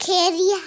Candy